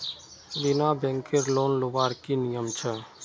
बिना बैंकेर लोन लुबार की नियम छे?